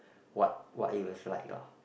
what what it was like lah